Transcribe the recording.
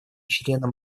членом